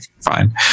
fine